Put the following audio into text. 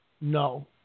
No